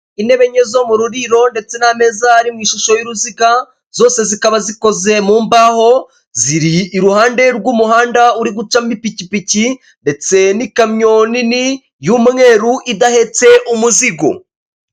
Intebe enye zo mu ruriro ndetse n'ameza ari mu ishusho y'uruziga zose zikaba zikoze mu mbaho, ziri iruhande rw'umuhanda uri gucamo ipikipiki ndetse n'ikamyo nini y'umweru idahetse umuzigo.